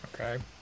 Okay